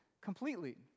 Completely